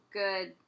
good